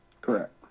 Correct